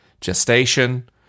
gestation